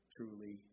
Truly